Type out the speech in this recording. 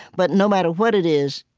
but no matter what it is,